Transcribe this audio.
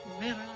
mirror